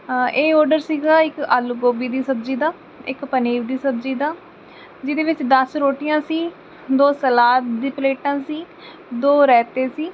ਇਹ ਆਰਡਰ ਸੀਗਾ ਇੱਕ ਆਲੂ ਗੋਭੀ ਦੀ ਸਬਜ਼ੀ ਦਾ ਇੱਕ ਪਨੀਰ ਦੀ ਸਬਜ਼ੀ ਦਾ ਜਿਹਦੇ ਵਿੱਚ ਦਸ ਰੋਟੀਆਂ ਸੀ ਦੋ ਸਲਾਦ ਦੀ ਪਲੇਟਾਂ ਸੀ ਦੋ ਰਾਇਤੇ ਸੀ